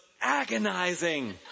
agonizing